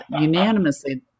unanimously